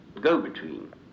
go-between